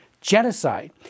genocide